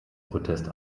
protest